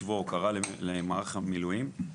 בשבוע ההוקרה למערך המילואים.